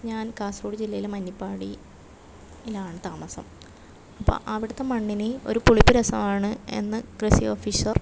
ഞാൻ കാസ്റോഡ് ജില്ലയിലെ മഞ്ഞപ്പാടിയിലാണ് താമസം അപ്പോൾ അവിടുത്തെ മണ്ണിന് ഒരു പുളിപ്പ് രസമാണ് എന്ന് കൃഷി ഓഫീസർ